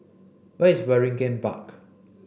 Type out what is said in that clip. where is Waringin Park